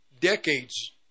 decades